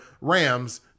Rams